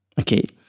Okay